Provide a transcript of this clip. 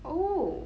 oh